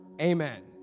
amen